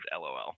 lol